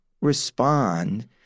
respond